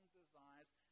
desires